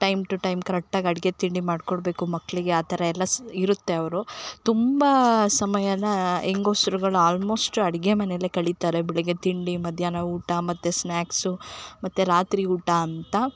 time to time ಕರೆಟ್ಟಾಗಿ ಅಡಿಗೆ ತಿಂಡಿ ಮಾಡ್ಕೊಡಬೇಕು ಮಕ್ಕಳಿಗೆ ಆ ಥರ ಎಲ್ಲ ಸಹ ಇರುತ್ತೆ ಅವರು ತುಂಬ ಸಮಯ ಹೆಂಗಸ್ರುಗಳ್ ಆಲ್ಮೋಸ್ಟು ಅಡಿಗೆ ಮನೆಯಲ್ಲೆ ಕಳೀತಾರೆ ಬೆಳಗ್ಗೆ ತಿಂಡಿ ಮಧ್ಯಾಹ್ನ ಊಟ ಮತ್ತು ಸ್ನ್ಯಾಕ್ಸು ಮತ್ತು ರಾತ್ರಿ ಊಟ ಅಂತ